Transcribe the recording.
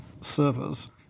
servers